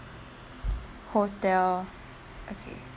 hotel okay